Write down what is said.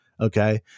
Okay